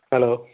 hello